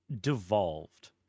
devolved